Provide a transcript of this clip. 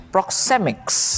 Proxemics